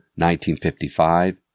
1955